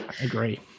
agree